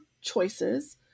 choices